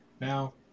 now